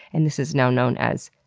and this is now known as,